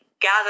gather